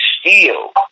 steel